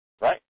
right